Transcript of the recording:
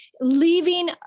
leaving